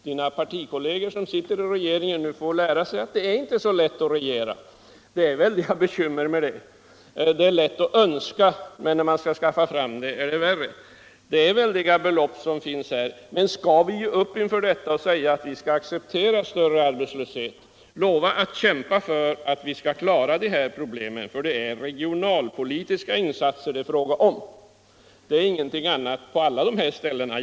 Dina partikolleger, som sitter i regeringen nu, får lära sig att det inte är så lätt att regera, att det medför väldiga bekymmer. Det är lätt att önska satsningar, men när man skall skaffa fram kapitalet är det värre. Det är väldiga belopp som det här gäller, men skall vi ge upp inför svårigheterna och säga att vi skall acceptera större arbetslöshet? Lova att kämpa för att vi skall klara de här problemen! Det är nämligen regionalpolitiska insatser det är fråga om på alla de här ställena, ingenting annat.